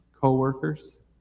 co-workers